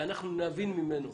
שנבין ממנו